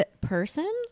person